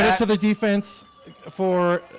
to the defense for